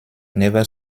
never